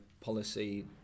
policy